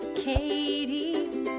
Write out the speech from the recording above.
Katie